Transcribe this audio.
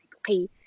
okay